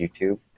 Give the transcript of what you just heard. YouTube